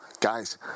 guys